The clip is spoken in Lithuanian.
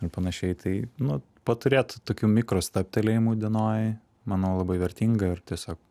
ir panašiai tai nu paturėt tokių mikro stabtelėjimų dienoj manau labai vertinga ir tiesiog